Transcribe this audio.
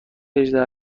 هجده